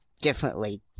differently